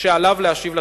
שעליו להשאיר לצרכן.